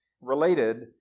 related